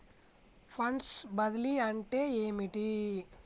Funds బదిలీ అంటే ఏమిటి?